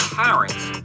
parents